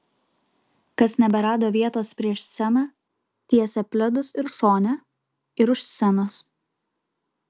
kas neberado vietos prieš sceną tiesė pledus ir šone ir už scenos